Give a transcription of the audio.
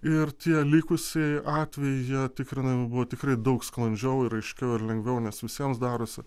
ir tie likusieji atvejai jie tikrinami buvo tikrai daug sklandžiau ir aiškiau ir lengviau nes visiems darosi